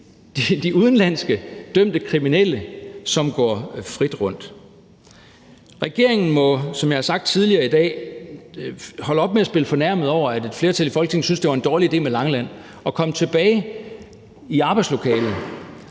de udenlandske dømte kriminelle går frit rundt. Regeringen må, som jeg har sagt tidligere i dag, holde op med at spille fornærmet over, at et flertal i Folketinget syntes, at det var en dårlig idé med Langeland, og komme tilbage i arbejdslokalet